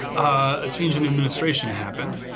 a change in administration happened.